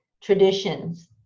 traditions